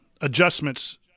adjustments